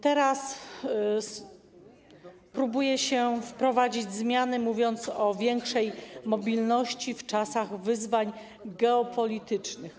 Teraz próbuje się wprowadzić zmiany, mówiąc o większej mobilności w czasach wyzwań geopolitycznych.